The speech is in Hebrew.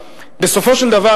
בסופו של דבר,